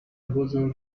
بزرگ